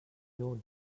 your